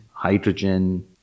hydrogen